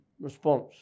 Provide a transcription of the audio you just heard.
response